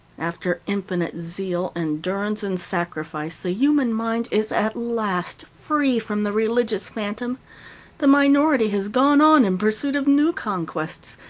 after infinite zeal, endurance, and sacrifice, the human mind is at last free from the religious phantom the minority has gone on in pursuit of new conquests,